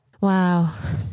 Wow